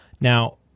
Now